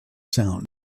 sound